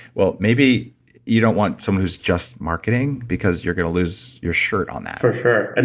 well, maybe you don't want someone who's just marketing, because you're gonna lose your shirt on that. for sure, and